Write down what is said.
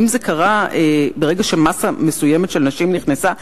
האם זה קרה ברגע שמאסה מסוימת של נשים נכנסה?